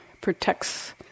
protects